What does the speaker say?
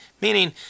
meaning